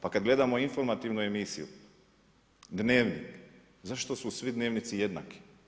Pa kada gledamo informativnu emisiju, Dnevnik zašto su svi dnevnici jednaki?